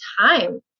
time